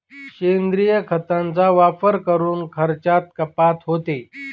सेंद्रिय खतांचा वापर करून खर्चात कपात होते